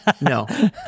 No